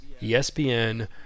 ESPN